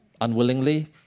unwillingly